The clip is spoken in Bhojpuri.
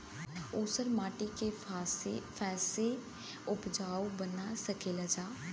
ऊसर माटी के फैसे उपजाऊ बना सकेला जा?